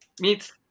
meets